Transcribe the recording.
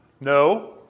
No